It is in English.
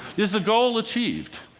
is the goal achieved?